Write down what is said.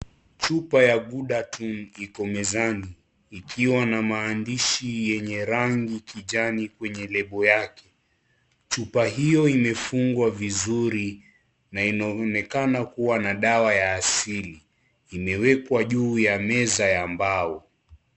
Chupa ya Ghudatun iko mezani ikiwa na maandishi yenye rangiya kijani kwenye lebo yake chupa hiyo imefungwa vizuri na inaonekana kuwa na dawa ya asili imewekwa juu ya meza ya mbao .